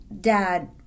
Dad